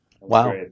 Wow